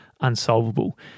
unsolvable